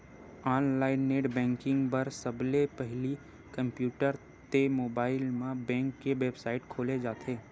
online net banking बर सबले पहिली कम्प्यूटर ते मोबाईल म बेंक के बेबसाइट खोले जाथे